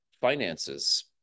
finances